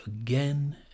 again